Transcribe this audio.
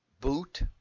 boot